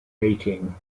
mating